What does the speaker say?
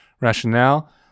rationale